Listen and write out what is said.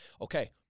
Okay